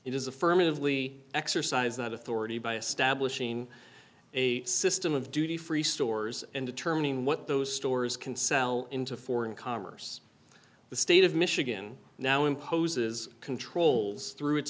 is affirmatively exercise that authority by establishing a system of duty free stores and determining what those stores can sell into foreign commerce the state of michigan now imposes controls through it